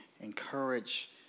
encourage